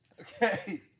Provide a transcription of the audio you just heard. Okay